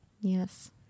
Yes